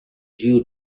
you